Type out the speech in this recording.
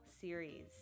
series